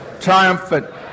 triumphant